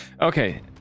Okay